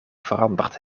veranderd